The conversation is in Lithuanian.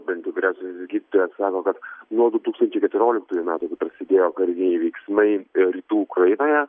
bent jau vyriausiasis gydytojas sako kad nuo du tūkstančiai keturioliktųjų metų kai prasidėjo kariniai veiksmai rytų ukrainoje